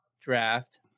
draft